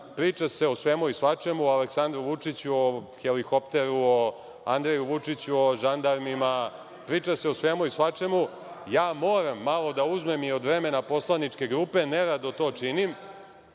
Priča se o svemu i svačemu: o Aleksandru Vučiću, o helikopteru, o Andreju Vučiću, o žandarmima. Priča se o svemu i svačemu i ja moram da uzmem malo i od vremena poslaničke grupe. Ne rado to činim,